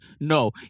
No